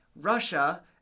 Russia